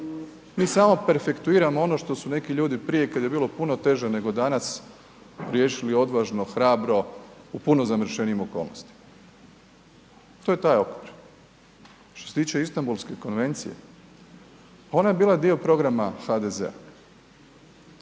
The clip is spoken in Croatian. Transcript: Mi samo perfektuiramo ono što su neki ljudi prije kad je bilo puno teže nego danas riješili odvažno, hrabro u puno zamršenijim okolnostima. To je taj okvir. Što se tiče Istambulske konvencije. Ona je bio dio programa HDZ-a.